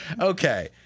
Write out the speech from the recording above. okay